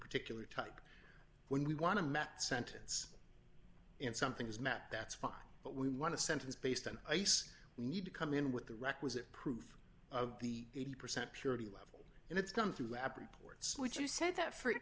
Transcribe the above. particular type when we want to met sentence and something is met that's fine but we want to sentence based on ice we need to come in with the requisite proof of the eighty percent purity level and it's done through lab reports which you said that for